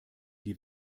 die